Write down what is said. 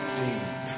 deep